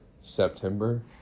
September